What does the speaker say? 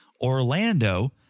Orlando